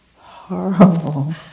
horrible